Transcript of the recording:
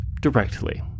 directly